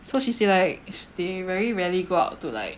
so she say like they very rarely go out to like